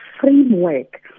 framework